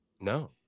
No